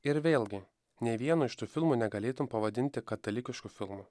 ir vėlgi nei vieno iš tų filmų negalėtum pavadinti katalikišku filmu